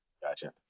Gotcha